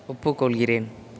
ஒப்புக்கொள்கிறேன்